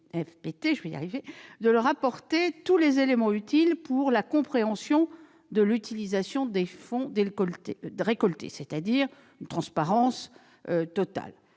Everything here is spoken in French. de leur apporter tous les éléments utiles pour la compréhension de l'utilisation des fonds récoltés, soit une transparence totale.